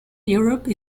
europe